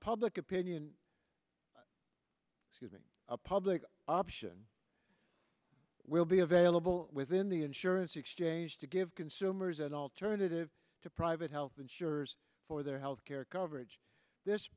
public opinion using a public option will be available within the insurance exchange to give consumers an alternative to private health insurers for their health care coverage this